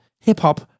hip-hop